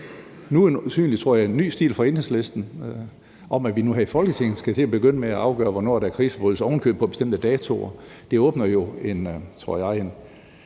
øjensynligt en ny stil hos Enhedslisten, at vi nu her i Folketinget skal til at begynde at afgøre, hvornår der er krigsforbrydelser, ovenikøbet på bestemte datoer. Det åbner jo for, tror jeg,